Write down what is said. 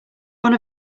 one